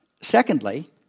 Secondly